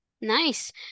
Nice